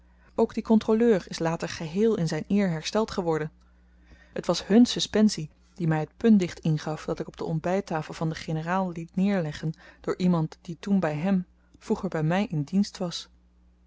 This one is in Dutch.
ook die kontroleur is later geheel in zyn eer hersteld geworden het was hun suspensie die my t puntdicht ingaf dat ik op de ontbyttafel van den generaal liet neerleggen door iemand die toen by hem vroeger by my in dienst was